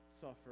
suffer